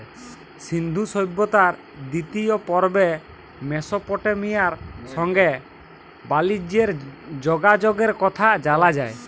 সিল্ধু সভ্যতার দিতিয় পর্বে মেসপটেমিয়ার সংগে বালিজ্যের যগাযগের কথা জালা যায়